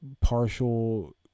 partial